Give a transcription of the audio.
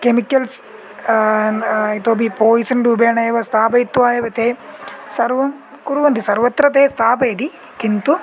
chemicals इतोऽपि पाय्सन्रूपेण एव स्थापयित्वा एव ते सर्वं कुर्वन्ति सर्वत्र ते स्थापयति किन्तु